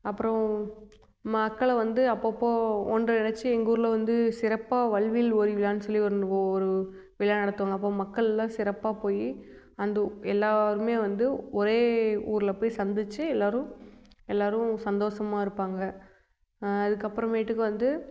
அப்றம் மக்களை வந்து அப்பப்போ ஒன்றிணைத்து எங்கள் ஊரில் வந்து சிறப்பாக வல்வில் ஓரி விழான்னு சொல்லி ஒன்று ஒரு விழா நடத்துவாங்க அப்போது மக்கள்லாம் சிறப்பாக போய் அந்த எல்லோருமே வந்து ஒரே ஊரில் போய் சந்திச்சி எல்லோரும் எல்லோரும் சந்தோஷமாக இருப்பாங்க அதுக்கப்புறமேட்டுக்கு வந்து